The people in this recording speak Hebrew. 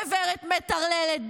גברת מטרללת,